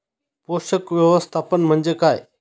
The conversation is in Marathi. पोषक व्यवस्थापन म्हणजे काय?